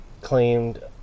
claimed